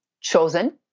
chosen